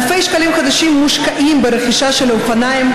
אלפי שקלים חדשים מושקעים ברכישה של האופניים,